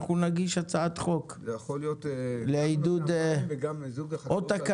אנחנו נגיש הצעת חוק לעידוד או תקנה,